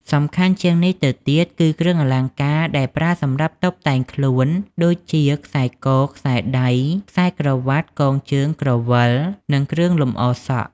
សំខាន់ជាងនេះទៅទៀត គឺគ្រឿងអលង្ការដែលប្រើសម្រាប់តុបតែងខ្លួន ដូចជា ខ្សែក ខ្សែដៃ ខ្សែក្រវាត់ កងជើង ក្រវិល និងគ្រឿងលម្អសក់។